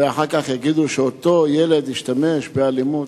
ואחר כך יגידו שאותו ילד השתמש באלימות,